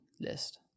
list